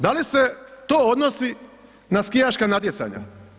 Da li se to odnosi na skijaška natjecanja?